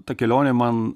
ta kelionė man